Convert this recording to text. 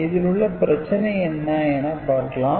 இதில் உள்ள பிரச்சனை என்ன என பார்க்கலாம்